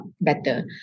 better